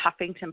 Huffington